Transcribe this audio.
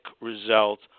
result